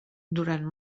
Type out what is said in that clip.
durant